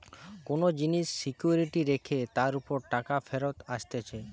কোন জিনিস সিকিউরিটি রেখে তার উপর টাকা ফেরত আসতিছে